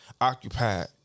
occupied